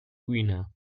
guinea